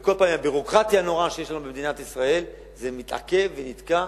וכל פעם עם הביורוקרטיה הנוראה שיש לנו במדינת ישראל זה מתעכב ונתקע,